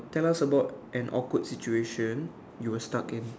tell us about an awkward situation you were stuck in